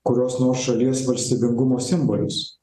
kurios nors šalies valstybingumo simbolius